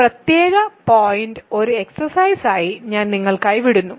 ഈ പ്രത്യേക പോയിന്റ് ഒരു എക്സ്സർസൈസ് ആയി ഞാൻ നിങ്ങൾക്കായി വിടുന്നു